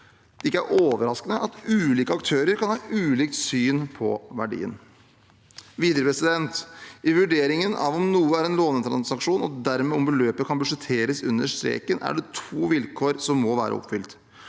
derfor ikke overraskende at ulike aktører kan ha ulikt syn på verdien. I vurderingen av om noe er en lånetransaksjon og dermed om beløpet kan budsjetteres under streken, er det videre to vilkår som må være oppfylt.